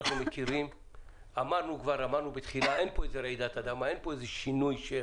אנחנו מכירים ואמרנו בתחילה שאין כאן רעידת אדמה ואין כאן איזה שינוי.